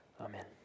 Amen